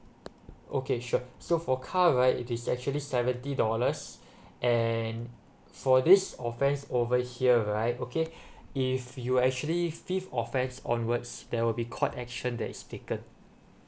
okay sure so for car right it is actually seventy dollars and for this offence over here right okay if you actually fifth offence onwards there will be court action that is taken